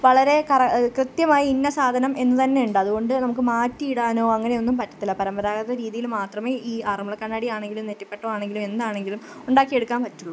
വളരെ കൃത്യമായി ഇന്ന സാധനം എന്ന് തന്നെ ഉണ്ട് അതുകൊണ്ട് നമുക്ക് മാറ്റിയിടാനൊ അങ്ങനെയൊന്നും പറ്റത്തില്ല പരമ്പരാഗത രീതിയിൽ മാത്രമെ ഈ ആറമ്മുള കണ്ണാടിയാണെങ്കിലും നെറ്റിപ്പട്ടമാണെങ്കിലും എന്താണെങ്കിലും ഉണ്ടാക്കിയെടുക്കാൻ പറ്റുള്ളു